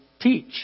teach